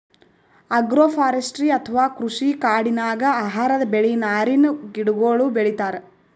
agroforestry ಅಥವಾ ಕೃಷಿ ಕಾಡಿನಾಗ್ ಆಹಾರದ್ ಬೆಳಿ, ನಾರಿನ್ ಗಿಡಗೋಳು ಬೆಳಿತಾರ್